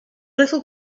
little